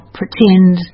pretend